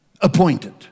appointed